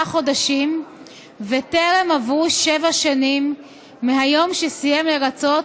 חודשים וטרם עברו שבע שנים מהיום שסיים לרצות